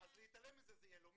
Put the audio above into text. אז להתעלם מזה יהיה לא מדתי.